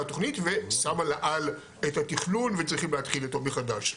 התוכנית ושמה לה על את התכנון וצריכים להתחיל אותו מחדש.